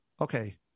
okay